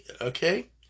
okay